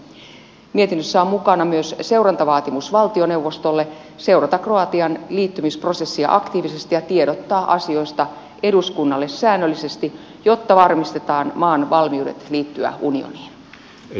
mietinnössä on mukana myös seurantavaatimus valtioneuvostolle seurata kroatian liittymisprosessia aktiivisesti ja tiedottaa asioista eduskunnalle säännöllisesti jotta varmistetaan maan valmiudet liittyä unioniin